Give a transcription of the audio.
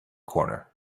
corner